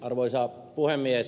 arvoisa puhemies